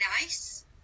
nice